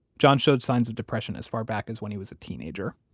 john showed signs of depression as far back as when he was a teenager.